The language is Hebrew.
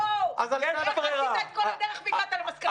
--- איך עשית את כל הדרך והגעת למסקנה